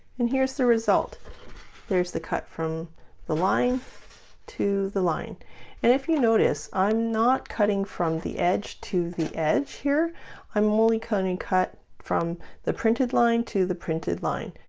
and here's the result there's the cut from the line to the line and if you notice i'm not cutting from the edge to the edge here i'm only cutting cut from the printed line to the printed line